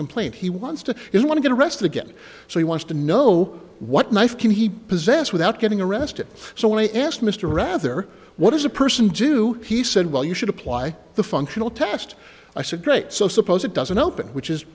complaint he wants to he want to get arrested again so he wants to know what knife can he possess without getting arrested so when i asked mr rather what does a person do he said well you should apply the functional test i said great so suppose it doesn't open which is